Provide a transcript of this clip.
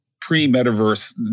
pre-metaverse